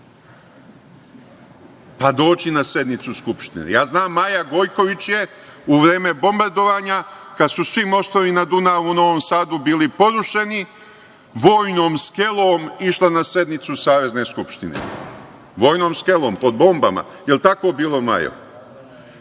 pa dođi na sednicu Skupštine. Ja znam, Maja Gojković je u vreme bombardovanja, kad su svi mostovi u Novom Sadu bili porušeni, vojnom skelom išla na sednicu Savezne Skupštine, vojnom skelom, pod bombama. El tako bilo, Majo?